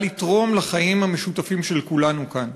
לתרום לחיים המשותפים של כולנו כאן.